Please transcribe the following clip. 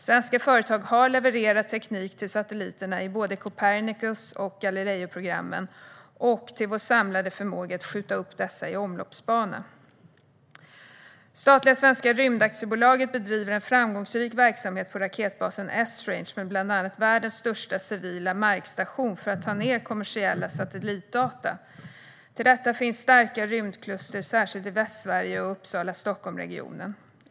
Svenska företag har levererat teknik till satelliterna i både Copernicus och Galileoprogrammen och till vår samlade förmåga att skjuta upp dessa i omloppsbana. Statliga Svenska rymdaktiebolaget bedriver en framgångsrik verksamhet på raketbasen Esrange med bland annat världens största civila markstation för att ta ned kommersiella satellitdata. Till detta finns starka rymdkluster, särskilt i Västsverige och Uppsala-Stockholm-regionen.